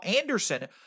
Anderson